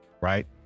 right